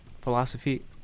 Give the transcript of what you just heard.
philosophy